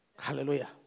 Hallelujah